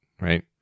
right